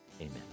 amen